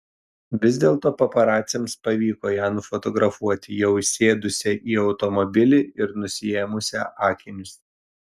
vis dėlto paparaciams pavyko ją nufotografuoti jau įsėdusią į automobilį ir nusiėmusią akinius